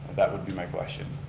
that would be my question.